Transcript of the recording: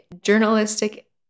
journalistic